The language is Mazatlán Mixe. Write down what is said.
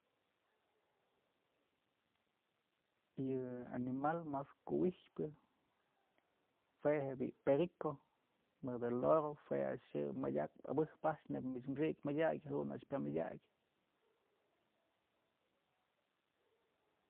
Yë animal mas kuwi'ijpyë jue je'e bi'i perico mëdë loro jue a'ax yë mëdyakpë abëjpë a'ax neyb mich xi'ik madyëk jadun a'ax pyamëdyak.